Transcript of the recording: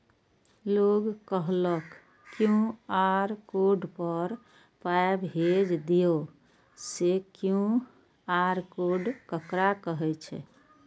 लोग कहलक QR code पर पाय भेज दियौ से क्यू.आर कोड ककरा कहै छै?